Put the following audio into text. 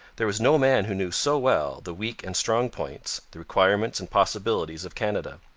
there was no man who knew so well the weak and strong points, the requirements and possibilities of canada.